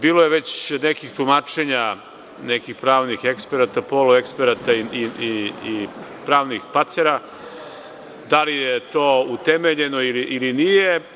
Bilo je već nekih tumačenja nekih pravnih eksperata, polueksperata i pravnih pacera da li je to utemeljeno ili nije.